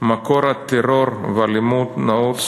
"מקור הטרור והאלימות נעוץ